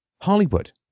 Hollywood